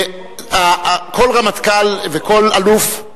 כל רמטכ"ל וכל אלוף,